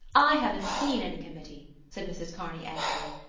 i haven't seen any committee, said mrs. kearney angrily.